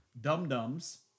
dum-dums